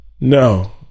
no